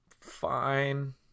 fine